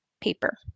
paper